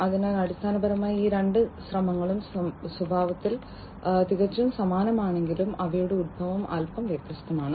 അതിനാൽ അടിസ്ഥാനപരമായി ഈ രണ്ട് ശ്രമങ്ങളും സ്വഭാവത്തിൽ തികച്ചും സമാനമാണെങ്കിലും അവയുടെ ഉത്ഭവം അല്പം വ്യത്യസ്തമാണ്